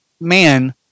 man